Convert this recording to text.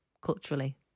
culturally